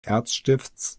erzstifts